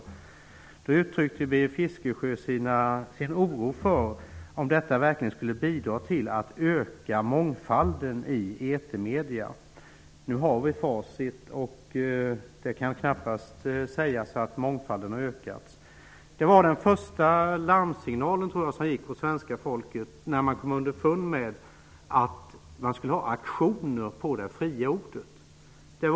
Bertil Fiskesjö uttryckte i det sammanhanget sitt tvivel på att detta verkligen skulle bidra till att öka mångfalden i etermedia. Nu har vi facit, och det kan knappast sägas att mångfalden har ökat. Det som blev den första larmsignalen som gick ut till svenska folket var att man kom underfund med att det skulle bedrivas auktioner på det fria ordet.